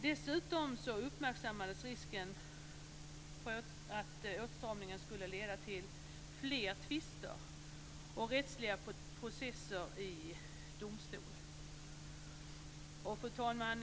Dessutom uppmärksammades risken att åtstramningen skulle leda till fler tvister och rättsliga processer i domstol.